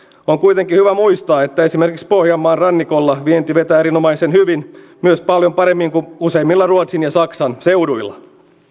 on kuitenkin hyvä muistaa että esimerkiksi pohjanmaan rannikolla vienti vetää erinomaisen hyvin myös paljon paremmin kuin useimmilla ruotsin ja saksan seuduilla